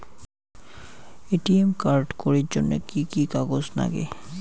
ATM card করির জন্যে কি কি কাগজ নাগে?